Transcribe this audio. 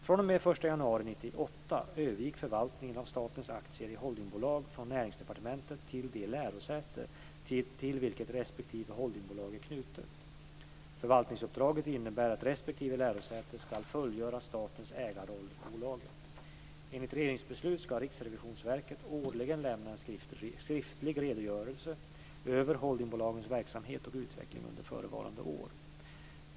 fr.o.m. den 1 januari 1998 övergick förvaltningen av statens aktier i holdingbolag från Näringsdepartementet till det lärosäte till vilket respektive holdingbolag är knutet. Förvaltningsuppdraget innebär att respektive lärosäte ska fullgöra statens ägarroll i bolaget. Enligt regeringsbeslut ska Riksrevisionsverket årligen lämna en skriftlig redogörelse över holdingbolagens verksamhet och utveckling under förevarande år.